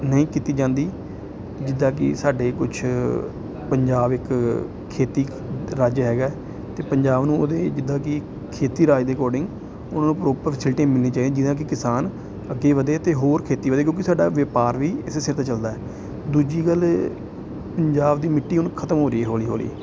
ਨਹੀਂ ਕੀਤੀ ਜਾਂਦੀ ਜਿੱਦਾਂ ਕਿ ਸਾਡੇ ਕੁਛ ਪੰਜਾਬ ਇੱਕ ਖੇਤੀ ਰਾਜ ਹੈਗਾ ਅਤੇ ਪੰਜਾਬ ਨੂੰ ਉਹਦੇ ਜਿੱਦਾਂ ਕਿ ਖੇਤੀ ਰਾਜ ਦੇ ਅਕੋਰਡਿੰਗ ਉਹਨਾਂ ਨੂੰ ਪ੍ਰੋਪਰ ਫਸਿਲਟੀਆਂ ਮਿਲਣੀਆਂ ਚਾਹੀਦੀਆਂ ਜਿਹਦੇ ਨਾਲ ਕਿ ਕਿਸਾਨ ਅੱਗੇ ਵਧੇ ਅਤੇ ਹੋਰ ਖੇਤੀ ਵਧੇ ਕਿਉਂਕਿ ਸਾਡਾ ਵਪਾਰ ਵੀ ਇਸੇ ਸਿਰ 'ਤੇ ਚੱਲਦਾ ਹੈ ਦੂਜੀ ਗੱਲ ਪੰਜਾਬ ਦੀ ਮਿੱਟੀ ਹੁਣ ਖ਼ਤਮ ਹੋ ਰਹੀ ਹੈ ਹੌਲੀ ਹੌਲੀ